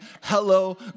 hello